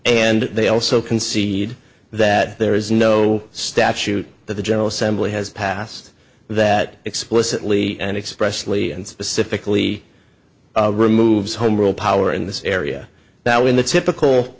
and they also concede that there is no statute that the general assembly has passed that explicitly and express lee and specifically removes home rule power in this area that when the typical